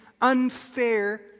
unfair